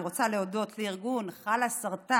אני רוצה להודות לארגון חלאסרטן,